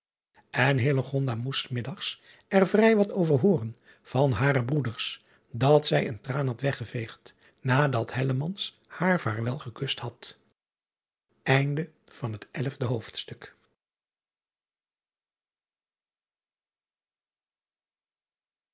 en moest s middags er vrij wat over hooren van hare broeders dat zij een traan had weggeveegd nadat haar vaarwel gekust had